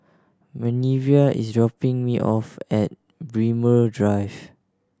Minervia is dropping me off at Braemar Drive